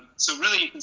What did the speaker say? so really,